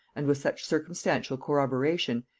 and with such circumstantial corroboration,